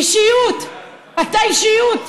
אישיות, אתה אישיות.